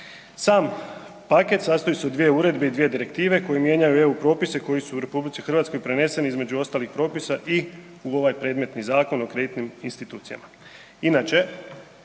Sam paket sastoji se od dvije uredbe i dvije direktive koje mijenjaju eu propise koji su u RH preneseni između ostalih propisa i u ovaj predmetni Zakon o kreditnim institucijama.